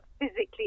physically